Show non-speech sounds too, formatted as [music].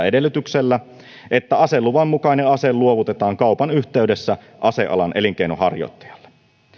[unintelligible] edellytyksellä että aseluvan mukainen ase luovutetaan kaupan yhteydessä asealan elinkeinonharjoittajalle